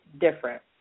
different